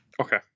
Okay